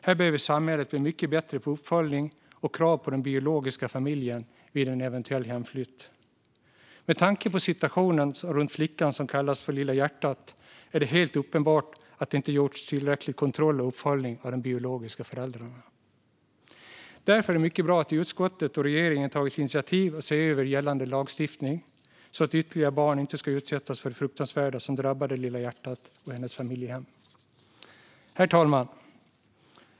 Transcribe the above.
Här behöver samhället bli mycket bättre på uppföljning och krav på den biologiska familjen vid en eventuell hemflytt. Med tanke på situationen runt flickan som kallades för Lilla hjärtat är det helt uppenbart att det inte gjordes tillräcklig kontroll och uppföljning av de biologiska föräldrarna. Därför är det mycket bra att utskottet och regeringen har tagit initiativ för att se över gällande lagstiftning, så att ytterligare barn inte ska utsättas för det fruktansvärda som drabbade Lilla hjärtat och hennes familjehem. Herr talman!